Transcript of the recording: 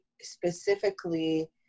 specifically